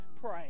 pray